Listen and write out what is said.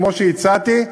כמו שהצעתי,